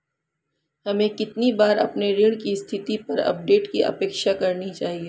हमें कितनी बार अपने ऋण की स्थिति पर अपडेट की अपेक्षा करनी चाहिए?